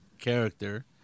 character